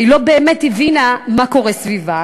והיא באמת לא הבינה מה קורה סביבה.